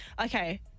okay